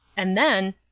and then